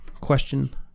Question